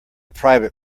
private